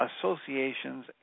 associations